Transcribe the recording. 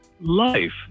life